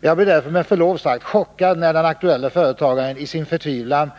Jag blev därför med förlov sagt chockad, när det aktuelle företagaren i sin förtvivlan